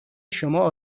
شما